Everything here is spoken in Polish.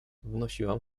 wnosiłam